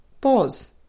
pause